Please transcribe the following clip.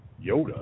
Yoda